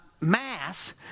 mass